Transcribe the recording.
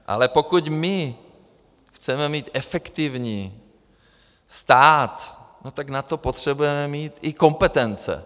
Ale pokud my chceme mít efektivní stát, tak na to potřebujeme mít i kompetence.